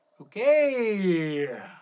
Okay